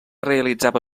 realitzava